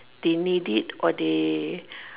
they need it or they